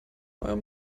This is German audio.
eurem